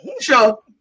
sure